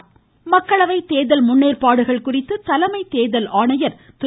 சுனில் அரோரா மக்களவை தேர்தல் முன்னேற்பாடுகள் குறித்து தலைமை தேர்தல் ஆணையர் திரு